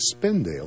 Spindale